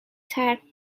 ترک